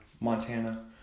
Montana